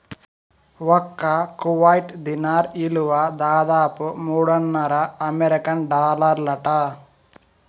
ఒక్క Kuwait dinar ఇలువ దాదాపు మూడున్నర అమెరికన్ డాలర్లంట